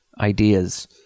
ideas